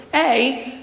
a,